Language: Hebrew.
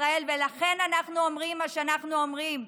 ישראל ולכן אנחנו אומרים מה שאנחנו אומרים.